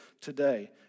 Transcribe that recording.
today